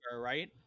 right